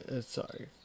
sorry